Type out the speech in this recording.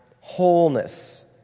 wholeness